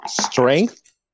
Strength